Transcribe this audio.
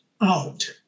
out